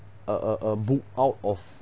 a a a book out of